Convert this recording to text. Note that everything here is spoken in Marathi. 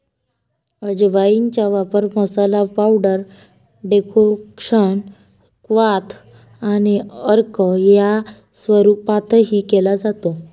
अजवाइनचा वापर मसाला, पावडर, डेकोक्शन, क्वाथ आणि अर्क या स्वरूपातही केला जातो